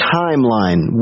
timeline